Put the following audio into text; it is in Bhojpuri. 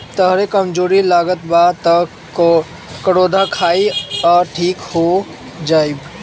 तहके कमज़ोरी लागत बा तअ करौदा खाइ लअ ठीक हो जइब